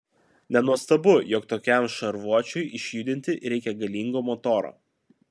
nenuostabu jog tokiam šarvuočiui išjudinti reikia galingo motoro